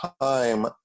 time